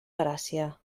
gràcia